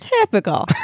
typical